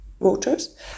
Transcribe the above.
voters